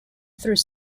through